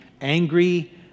angry